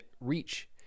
reach